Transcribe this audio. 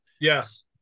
Yes